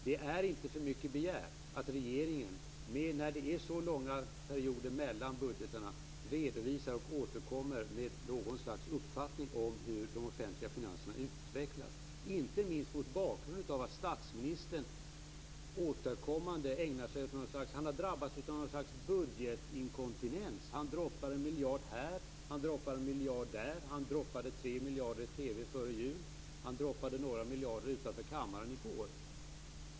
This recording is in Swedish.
Det är inte för mycket begärt att regeringen när det är så långa perioder mellan budgetarna redovisar och återkommer med något slags uppfattning om hur de offentliga finanserna utvecklas, inte minst mot bakgrund av att statsministern tycks ha drabbats av något slags budgetinkontinens. Han droppar en miljard här och en miljard där. Han droppade 3 miljarder i ett TV-program före jul, några miljarder utanför kammaren i går.